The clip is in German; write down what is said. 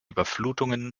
überflutungen